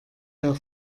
der